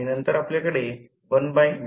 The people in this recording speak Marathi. तर हा फक्त एक मूलभूत भाग आहे